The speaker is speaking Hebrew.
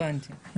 הבנתי.